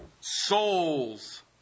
souls